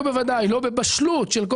בוודאי ובוודאי לא בבשלות של כל